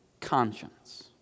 conscience